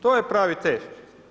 To je pravi test.